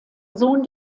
sohn